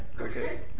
okay